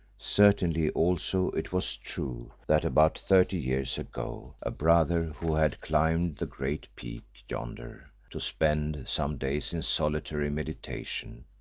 certainly also it was true that about thirty years ago a brother who had climbed the great peak yonder to spend some days in solitary meditation,